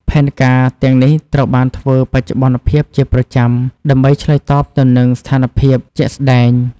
ផែនការទាំងនេះត្រូវបានធ្វើបច្ចុប្បន្នភាពជាប្រចាំដើម្បីឆ្លើយតបទៅនឹងស្ថានភាពជាក់ស្តែង។